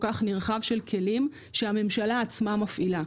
כך נרחב של כלים שהממשלה עצמה מפעילה.